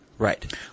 Right